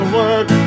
work